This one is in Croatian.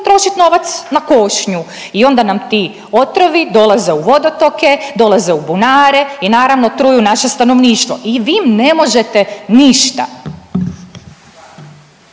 trošiti novac na košnju i onda nam ti otrovi dolaze u vodotoke, dolaze u bunare i naravno truju naše stanovništvo i vi im ne možete ništa.